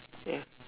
ya